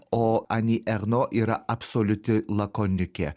o ani erno yra absoliuti lakoniukė